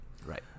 Right